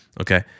Okay